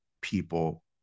people